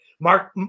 mark